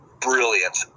brilliant